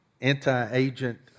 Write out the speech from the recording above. anti-agent